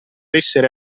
essere